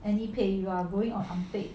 and he pay your going or something